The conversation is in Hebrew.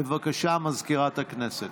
בבקשה, מזכירת הכנסת.